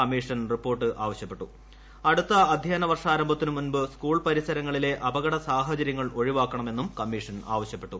commission report അടുത്ത അദ്ധ്യയന വർഷാരംഭത്തിന് മുമ്പ് സ്കൂൾ പരിസരങ്ങളിലെ അപകട സാഹചര്യങ്ങൾ ഒഴിവാക്കണമെന്ന് കമ്മീഷൻ ആവശ്യപ്പെട്ടു